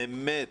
באמת